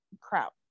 crap